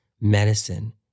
medicine